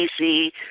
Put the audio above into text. easy